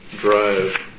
drive